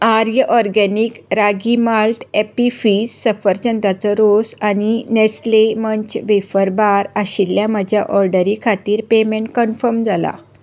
आर्य organic ragi malt Appy Fizz सफरचंदाचो रोस आनी नॅस्ले मंच वेफर बार आशिल्ल्या म्हज्या ऑर्डरी खातीर पेमेंट कन्फर्म जाला